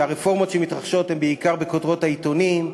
והרפורמות שמתרחשות הן בעיקר בכותרות העיתונים,